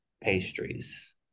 pastries